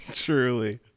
Truly